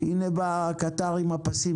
הנה בא הקטר עם הפסים.